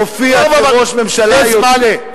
הופיע כראש ממשלה יוצא.